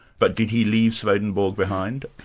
but did he leave swedenborg behind?